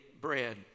bread